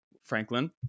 Franklin